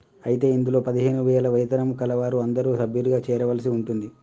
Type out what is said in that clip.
అయితే ఇందులో పదిహేను వేల వేతనం కలవారు అందరూ సభ్యులుగా చేరవలసి ఉంటుంది